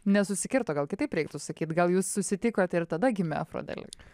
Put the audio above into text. nesusikirto gal kitaip reiktų sakyti gal jūs susitikot ir tada gimė afrodelik